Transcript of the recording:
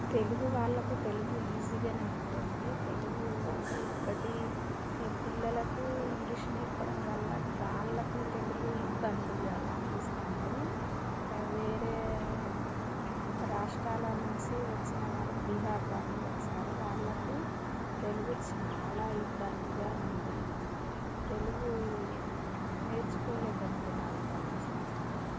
తెలుగు వాళ్ళకు తెలుగు ఈజీగానే ఉంటుంది తెలుగు అంటే ఇప్పటి పిల్లలకు ఇంగ్లీష్ నేర్పడం వల్ల వాళ్ళకు తెలుగు ఇబ్బంది అనిపిస్తుంది వేరే రాష్ట్రాల నుంచి వచ్చిన వారు బీహార్ వాళ్ళు వచ్చారు వాళ్ళకు తెలుగు చాలా ఇబ్బందిగా ఉంది తెలుగు నేర్చుకోలేకపోతారు వాళ్ళు అసలు